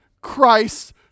Christ